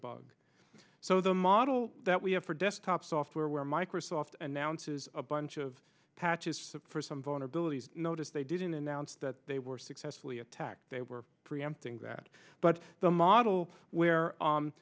bug so the model that we have for desktop software where microsoft announces a bunch of patches for some vulnerabilities notice they didn't announce that they were successfully attacked they were preempting that but the model where